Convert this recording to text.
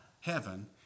heaven